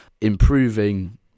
improving